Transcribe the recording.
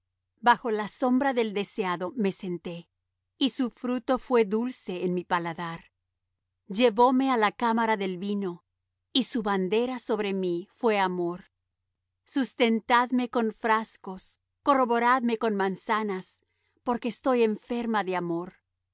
bajo la sombra del deseado me senté y su fruto fué dulce en mi paladar llevóme á la cámara del vino y su bandera sobre mí fué amor sustentadme con frascos corroboradme con manzanas porque estoy enferma de amor